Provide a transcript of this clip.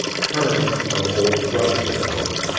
kern of old brunswick house,